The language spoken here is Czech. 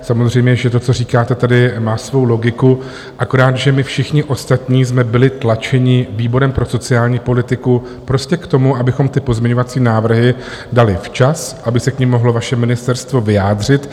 Samozřejmě že to, co tady říkáte, má svou logiku, akorát že my všichni ostatní jsme byli tlačeni výborem pro sociální politiku k tomu, abychom pozměňovací návrhy dali včas, aby se k nim mohlo vaše ministerstvo vyjádřit.